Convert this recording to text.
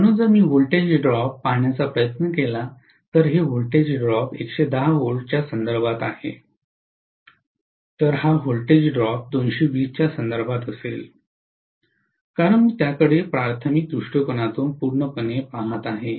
म्हणून जर मी व्होल्टेज ड्रॉप पाहण्याचा प्रयत्न केला तर हे व्होल्टेज ड्रॉप 110 V च्या संदर्भात आहे तर हा व्होल्टेज ड्रॉप 220 V च्या संदर्भात असेल कारण मी त्याकडे प्राथमिक दृष्टिकोनातून पूर्णपणे पहात आहे